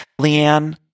Leanne